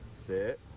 sit